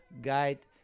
Guide